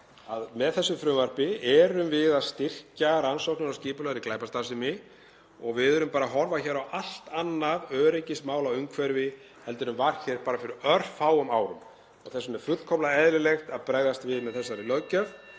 með þessu frumvarpi erum við að styrkja rannsóknir á skipulagðri glæpastarfsemi. Við erum bara að horfa á allt annað öryggismálaumhverfi heldur en var hér bara fyrir örfáum árum og þess vegna er fullkomlega eðlilegt að bregðast við með þessari löggjöf.